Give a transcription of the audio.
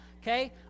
Okay